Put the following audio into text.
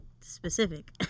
specific